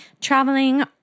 traveling